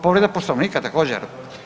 Povreda Poslovnika, također?